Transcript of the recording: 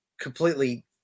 completely